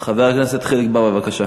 חבר הכנסת חיליק בר, בבקשה.